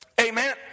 Amen